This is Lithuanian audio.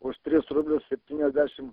už tris rublius septyniasdešim